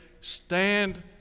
Stand